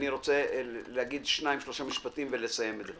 ואני רוצה להגיד שניים שלושה משפטים לסיכום ולסיים את הישיבה.